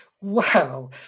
Wow